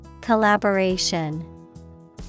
Collaboration